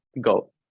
Go